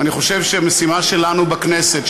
ואני חושב שהמשימה שלנו בכנסת,